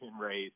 race